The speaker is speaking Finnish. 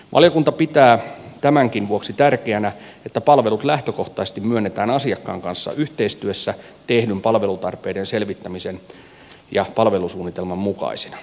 valiokunta pitää tämänkin vuoksi tärkeänä että palvelut lähtökohtaisesti myönnetään asiakkaan kanssa yhteistyössä tehdyn palvelutarpeiden selvittämisen ja palvelusuunnitelman mukaisina